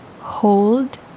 Hold